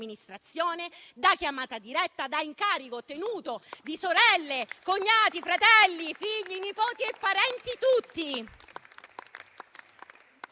amministrazione, da chiamata diretta, da incarico ottenuto di sorelle, cognati, fratelli, figli, nipoti e parenti tutti.